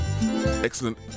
excellent